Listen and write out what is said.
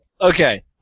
Okay